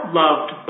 loved